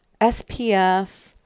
SPF